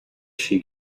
she